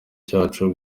cyacu